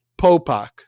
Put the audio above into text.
Popak